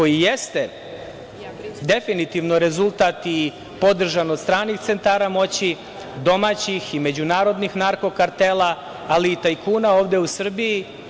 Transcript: To jeste definitivno rezultat podržan od stranih centara moći, domaćih i međunarodnih narko kartela, ali i tajkuna ovde u Srbiji.